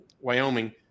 Wyoming